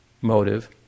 motive